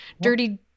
dirty